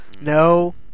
No